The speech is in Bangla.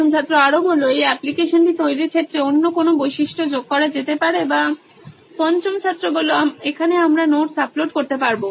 প্রথম ছাত্র এই অ্যাপ্লিকেশনটি তৈরীর ক্ষেত্রে অন্য কোনো বৈশিষ্ট্য যোগ করা যেতে পারে বা পঞ্চম ছাত্র এখানে আমরা নোটস আপলোড করতে পারব